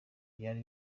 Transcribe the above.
byari